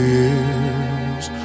years